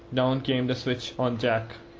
down came the switch on jack.